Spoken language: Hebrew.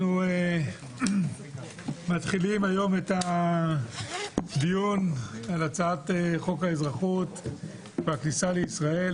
אנחנו מתחילים היום את הדיון על הצעות חוק האזרחות והכניסה לישראל.